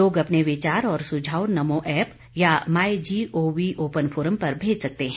लोग अपने विचार और सुझाव नमो ऐप या माई जीओवी ओपन फोरम पर भेज सकते हैं